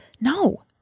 No